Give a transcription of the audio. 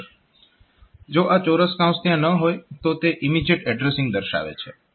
જો આ ચોરસ કૌંસ ત્યાં ન હોય તો તે ઇમીજીએટ એડ્રેસીંગ દર્શાવે છે